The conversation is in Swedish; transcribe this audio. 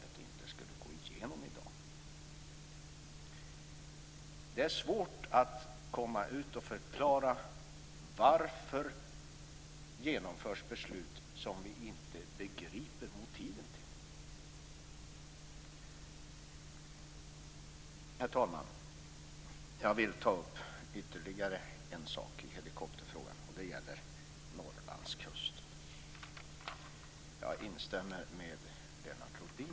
Det här är ett exempel på beslut i riksdagen som det är svårt att komma ut och förklara. Varför genomförs beslut som vi inte begriper motiven till? Herr talman! Jag vill ta upp ytterligare en sak i helikopterfrågan. Det gäller Norrlandskusten. Jag instämmer med Lennart Rohdin.